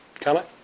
Comment